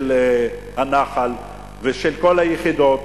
של הנח"ל ושל כל היחידות,